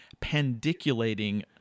pendiculating